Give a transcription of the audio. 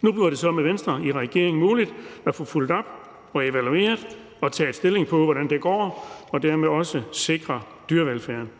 Nu bliver det så med Venstre i regering muligt at få fulgt op og evalueret og taget stilling til, hvordan det går, og dermed også sikre dyrevelfærden.